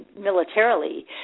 militarily